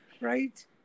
Right